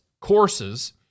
courses